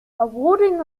awarding